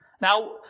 Now